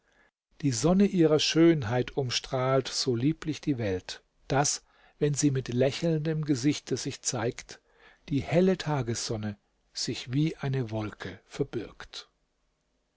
die sonne ihrer schönheit umstrahlt so lieblich die welt daß wenn sie mit lächelndem gesichte sich zeigt die helle tagessonne sich wie eine wolke verbirgt